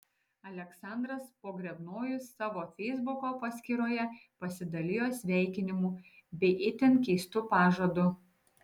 aleksandras pogrebnojus savo feisbuko paskyroje pasidalijo sveikinimu bei itin keistu pažadu